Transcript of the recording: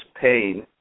pain